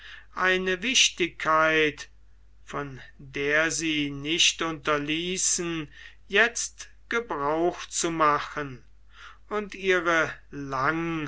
eine wichtigkeit von der sie nicht unterließen jetzt gebrauch zu machen und ihre lang